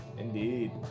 Indeed